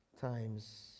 Times